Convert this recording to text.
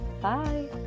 bye